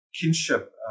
kinship